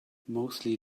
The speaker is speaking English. mostly